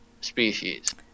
species